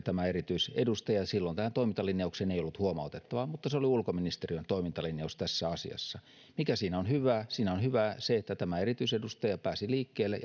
tämä erityisedustaja ja silloin tähän toimintalinjaukseen ei ollut huomautettavaa mutta se oli ulkoministeriön toimintalinjaus tässä asiassa mikä siinä on hyvää siinä on hyvää se että tämä erityisedustaja pääsi liikkeelle